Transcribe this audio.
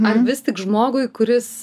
ar vis tik žmogui kuris